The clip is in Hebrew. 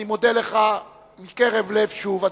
אדוני, אני מודה לך מקרב לב, שוב,